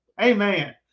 amen